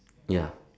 ya